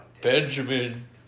Benjamin